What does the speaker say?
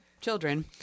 children